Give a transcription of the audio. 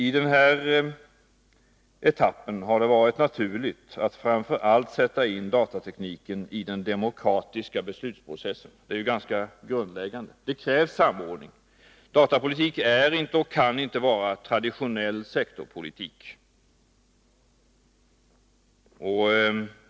I den här etappen har det varit naturligt att framför allt sätta in datatekniken i den demokratiska beslutsprocessen. Det är grundläggande. Det krävs samordning. Datapolitik är inte och kan inte vara traditionell sektorpolitik.